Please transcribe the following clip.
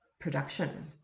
production